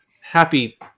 happy